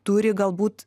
turi galbūt